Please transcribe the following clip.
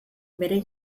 bere